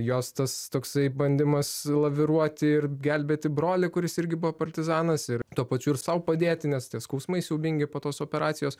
jos tas toksai bandymas laviruoti ir gelbėti brolį kuris irgi buvo partizanas ir tuo pačiu ir sau padėti nes tie skausmai siaubingi po tos operacijos